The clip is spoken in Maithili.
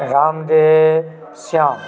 रामदेव श्याम